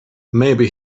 maybe